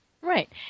Right